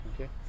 okay